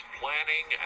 planning